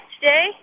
today